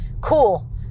Cool